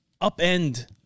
upend